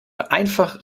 einfach